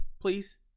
Please